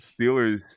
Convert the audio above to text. Steelers